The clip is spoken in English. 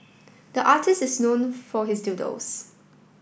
the artist is known for his doodles